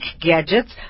gadgets